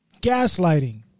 gaslighting